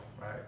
right